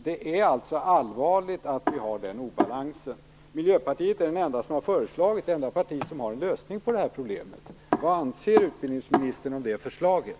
Det är allvarligt att vi har den obalansen. Miljöpartiet är det enda parti som har en lösning på det här problemet. Vad anser utbildningsministern om det förslaget?